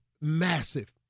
massive